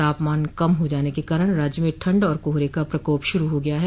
तापमान कम हो जाने के कारण राज्य में ठंड और कोहरे का प्रकोप शुरू हो गया है